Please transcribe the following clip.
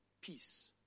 Peace